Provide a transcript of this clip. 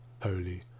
Holy